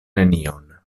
nenion